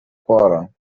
quorum